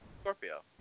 Scorpio